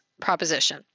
proposition